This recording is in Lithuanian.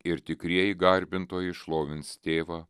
ir tikrieji garbintojai šlovins tėvą